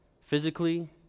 physically